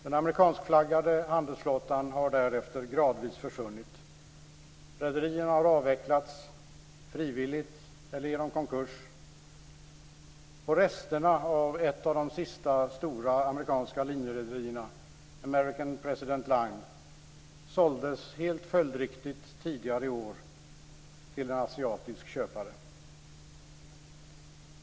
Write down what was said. Den amerikanskflaggade handelsflottan har därefter gradvis försvunnit. Rederierna har avvecklats, frivilligt eller genom konkurs. Resterna av ett av de sista stora amerikanska linjerederierna - American President Line - såldes, helt följdriktigt, tidigare i år till en asiatisk köpare.